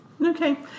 Okay